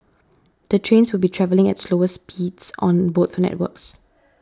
the trains would be travelling at slower speeds on both networks